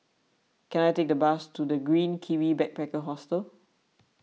can I take a bus to the Green Kiwi Backpacker Hostel